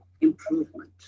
improvement